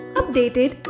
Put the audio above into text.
updated